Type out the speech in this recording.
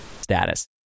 status